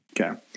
Okay